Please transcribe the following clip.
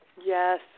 yes